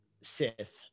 Sith